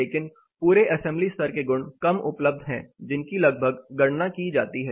लेकिन पूरे असेंबली स्तर के गुण कम उपलब्ध हैं जिनकी लगभग गणना की जाती है